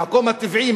מהמקום הטבעי,